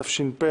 התש"ף,